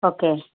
okay